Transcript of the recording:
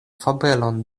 fabelon